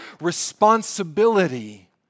responsibility